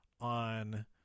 on